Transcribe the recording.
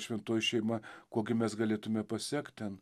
šventoji šeima kuo gi mes galėtume pasekt ten